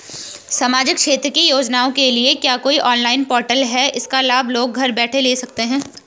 सामाजिक क्षेत्र की योजनाओं के लिए क्या कोई ऑनलाइन पोर्टल है इसका लाभ लोग घर बैठे ले सकते हैं?